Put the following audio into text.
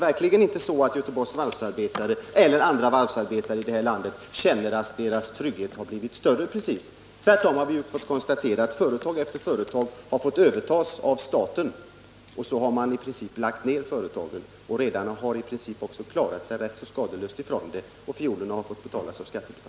Varken Göteborgs varvsarbetare eller andra varvsarbetare i detta land känner att deras trygghet har blivit större. Vi har tvärtom kunnat konstatera att företag efter företag har fått övertas av staten och därigenom i princip lagts ned. Redarna har i huvudsak kommit skadeslösa från det, och skattebetalarna har fått betala fiolerna.